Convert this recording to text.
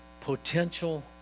potential